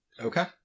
Okay